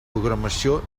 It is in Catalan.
programació